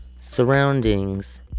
surroundings